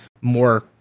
more